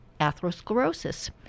atherosclerosis